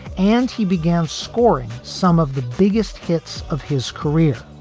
and he began scoring some of the biggest hits of his career.